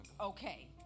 okay